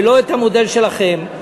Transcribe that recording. ולא את המודל שלכם,